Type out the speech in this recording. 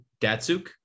Datsuk